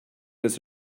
his